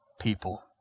people